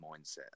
mindset